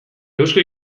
eusko